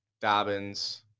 Dobbins